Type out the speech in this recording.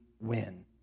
win